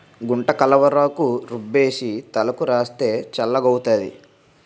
గుంటకలవరాకు రుబ్బేసి తలకు రాస్తే చల్లగౌతాది